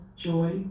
joy